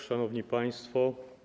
Szanowni Państwo!